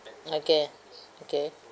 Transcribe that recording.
okay okay